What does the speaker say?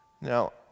Now